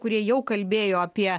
kurie jau kalbėjo apie